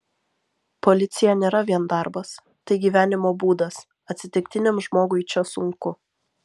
policija nėra vien darbas tai gyvenimo būdas atsitiktiniam žmogui čia sunku